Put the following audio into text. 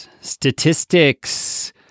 statistics